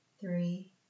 three